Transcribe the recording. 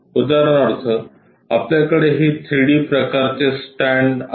उदाहरणार्थ आपल्याकडे ही 3 डी प्रकारचे स्टँड आहे